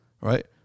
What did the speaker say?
right